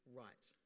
right